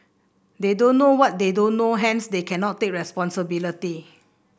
they don't know what they don't know hence they cannot take responsibility